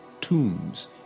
tombs